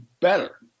better